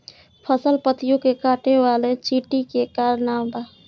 फसल पतियो के काटे वाले चिटि के का नाव बा?